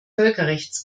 völkerrechts